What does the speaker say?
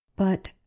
But